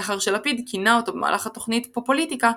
לאחר שלפיד כינה אותו במהלך התוכנית פופוליטיקה